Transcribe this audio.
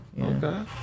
Okay